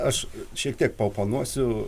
aš šiek tiek paoponuosiu